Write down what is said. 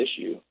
issue